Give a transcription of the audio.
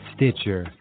Stitcher